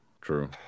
true